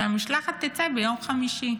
שהמשלחת תצא ביום חמישי.